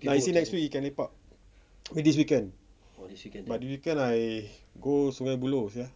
actually next week he can lepak this weekend but this weekend I go sungei buloh sia